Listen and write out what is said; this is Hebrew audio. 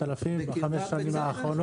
מה,